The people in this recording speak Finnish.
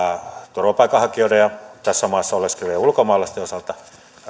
turvapaikanhakijoiden ja tässä maassa oleskelevien ulkomaalaisten osalta